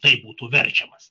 taip būtų verčiamas